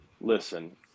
listen